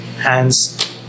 hands